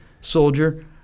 soldier